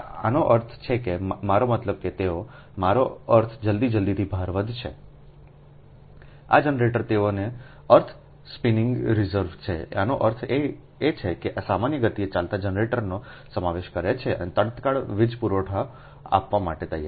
આનો અર્થ છે કે મારો મતલબ કે તેઓએ મારો અર્થ જલદી જલ્દીથી ભાર વધશે આ જનરેટર તેઓનો અર્થ સ્પિનિંગ રિઝર્વે છે આનો અર્થ એ છે કે આ સામાન્ય ગતિએ ચાલતા જનરેટરનો સમાવેશ કરે છે અને તત્કાળ વીજ પુરવઠો આપવા માટે તૈયાર છે